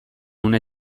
une